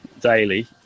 daily